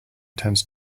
tends